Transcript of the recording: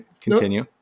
continue